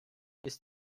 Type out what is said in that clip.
ist